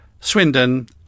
swindon